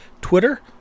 Twitter